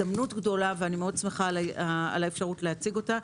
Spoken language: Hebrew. גדולה, ואני מאוד שמחה על האפשרות להציג אותה.